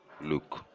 look